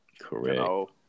Correct